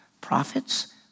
Prophets